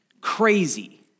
Crazy